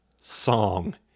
song